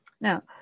Now